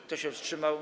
Kto się wstrzymał?